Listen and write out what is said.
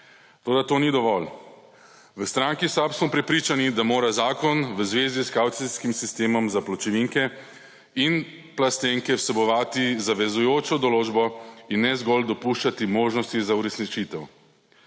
Toda to ni dovolj. V stranki SAB smo prepričani, da mora zakon v zvezi s kavcijskim sistemom za pločevinke in plastenke vsebovati zavezujočo določbo in ne zgolj dopuščati možnosti za uresničitev.